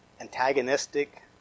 antagonistic